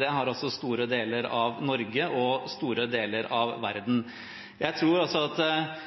Det har også store deler av Norge og store deler av verden. Jeg tror at